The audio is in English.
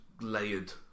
layered